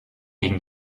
gegen